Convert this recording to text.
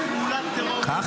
פעולת טרור יהודי,